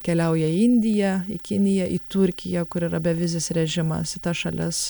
keliauja į indiją kiniją į turkiją kur yra bevizis režimas į tas šalis